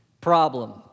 problem